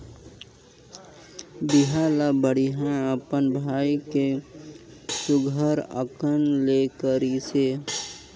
बिहा ल बड़िहा अपन भाई के सुग्घर अकन ले करिसे